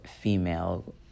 female